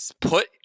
put